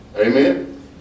Amen